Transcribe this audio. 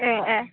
ए ए